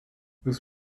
this